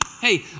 hey